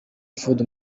food